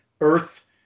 Earth